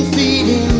the